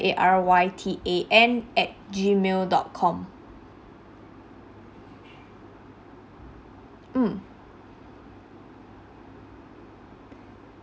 A R Y T A N at Gmail dot com mm